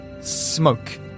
smoke